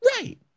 Right